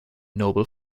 noble